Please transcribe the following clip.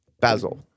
Basil